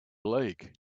lake